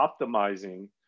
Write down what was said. optimizing